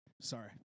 Sorry